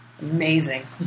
Amazing